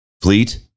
fleet